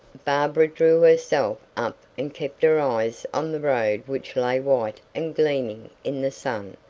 barbara drew herself up and kept her eyes on the road which lay white and gleaming in the sun.